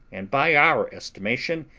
and, by our estimation,